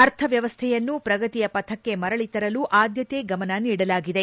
ಅರ್ಥವ್ಯವಸ್ಥೆಯನ್ನು ಪ್ರಗತಿಯ ಪಥಕ್ಕೆ ಮರಳಿ ತರಲು ಆದ್ಯಕೆ ಗಮನ ನೀಡಲಾಗಿದೆ